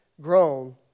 grown